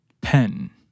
pen